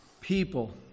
people